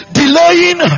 delaying